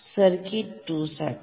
circuit 2 ठीक